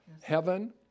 heaven